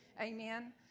Amen